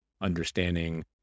understanding